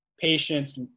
patients